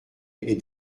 êtes